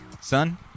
Son